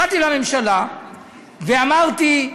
ואמרתי: